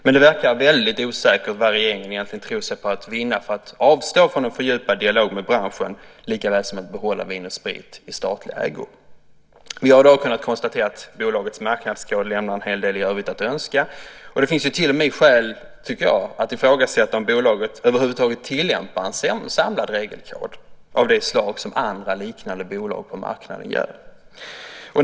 Men det verkar väldigt osäkert vad regeringen egentligen tror sig vinna på att avstå från en fördjupad dialog med branschen likaväl som att behålla Vin & Sprit i statlig ägo. Vi har i dag kunnat konstatera att bolagets marknadskod lämnar en hel del övrigt att önska. Det finns till och med skäl, tycker jag, att ifrågasätta om bolaget över huvud taget tillämpar en samlad regelkod av det slag som andra liknande bolag på marknaden gör.